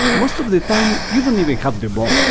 most of the time you don't even have the ball.